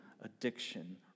addiction